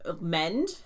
mend